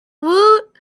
woot